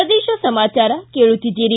ಪ್ರದೇಶ ಸಮಾಚಾರ ಕೇಳುತ್ತಿದ್ದೀರಿ